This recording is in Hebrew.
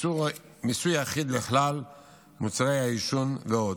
מיסוי אחיד של כלל מוצרי העישון ועוד.